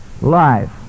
life